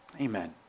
Amen